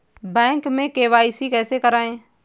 Bank में KYC कैसे करायें?